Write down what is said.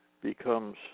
becomes